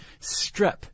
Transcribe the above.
Strep